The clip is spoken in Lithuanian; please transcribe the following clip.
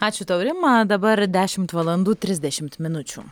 ačiū tau rima dabar dešimt valandų trisdešimt minučių